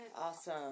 Awesome